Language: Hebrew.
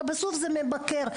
הרי בסוף זה ממכר.